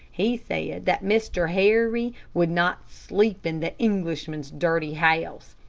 he said that mr. harry would not sleep in the englishman's dirty house,